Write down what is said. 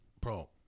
bro